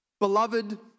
beloved